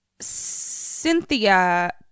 cynthia